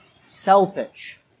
selfish